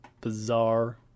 bizarre